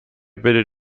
bildet